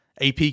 AP